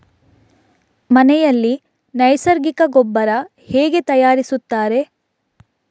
ಮನೆಯಲ್ಲಿ ನೈಸರ್ಗಿಕ ಗೊಬ್ಬರ ಹೇಗೆ ತಯಾರಿಸುತ್ತಾರೆ?